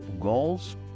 goals